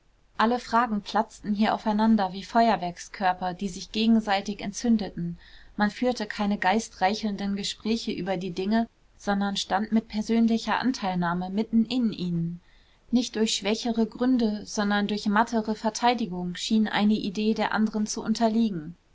alle fragen platzten hier aufeinander wie feuerwerkskörper die sich gegenseitig entzündeten man führte keine geistreichelnden gespräche über die dinge sondern stand mit persönlicher anteilnahme mitten in ihnen nicht durch schwächere gründe sondern durch mattere verteidigung schien eine idee der anderen zu unterliegen